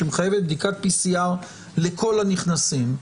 שמחייבת בדיקת PCR לכל הנכנסים.